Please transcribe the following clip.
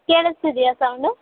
ಕೇಳಿಸ್ತಿದ್ಯ sound